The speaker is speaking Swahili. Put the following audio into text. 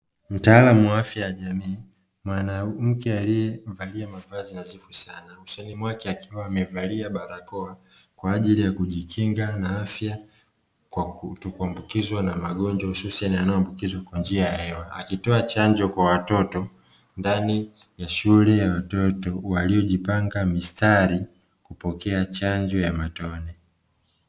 Mtaalamu wa afya ya jamii, mwanamke aliyevalia mavazi nadhifu sana, usoni mwake akiwa amevalia barakoa kwa ajili ya kujikinga na afya kwa kutokuambukizwa na magonjwa hususani yanayoambukizwa kwa njia ya hewa. Akitoa chanjo kwa watoto ndani ya shule ya watoto waliojipanga mistari kupokea chanjo ya matone.